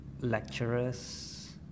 lecturers